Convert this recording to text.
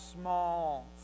small